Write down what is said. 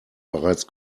bereits